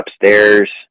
upstairs